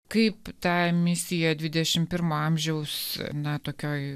kaip tą misiją dvidešim pirmo amžiaus na tokioj